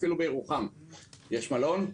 אפילו בירוחם יש מלון.